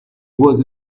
was